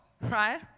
right